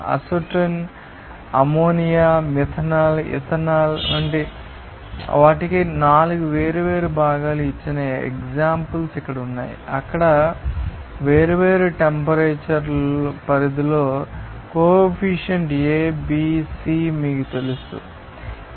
acetone ammonia methanol ethanol వంటి వాటికి 4 వేర్వేరు భాగాలు ఇచ్చిన ఎగ్జాంపల్ ఇక్కడ ఉన్నాయి అక్కడ వేర్వేరు టెంపరేచర్ పరిధిలో coefficient A B C మీకు తెలుసా